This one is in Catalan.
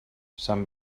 sant